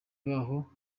baho